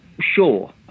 sure